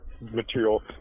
material